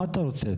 מה אתה רוצה?